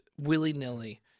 willy-nilly